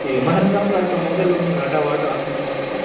ٹھیٖک ماہِ رمضانَس منٛز آسیٚو مزَے لوٚگمُت ناٹہ واٹہ آسنٔو کھیٚمٕژ